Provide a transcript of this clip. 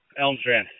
Elmstrand